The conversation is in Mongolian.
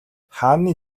хааны